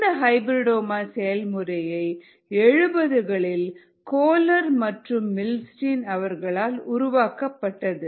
இந்த ஹைபிரிடாமா செயல்முறையை எழுபதுகளில் கோலர் மற்றும் மில்ஸ்டின் அவர்களால் உருவாக்கப்பட்டது